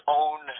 own